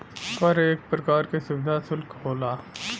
कर एक परकार का सुविधा सुल्क होला